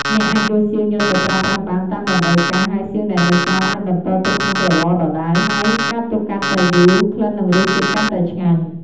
អ្នកអាចដួសសៀងយកទៅប្រើប្រាស់បាន តាមតម្រូវការ ហើយសៀងដែលនៅសល់ អាចបន្តទុកក្នុងក្រឡដដែល ហើយការទុកកាន់តែយូរ ក្លិននិងរសជាតិកាន់តែឆ្ងាញ់។